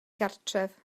gartref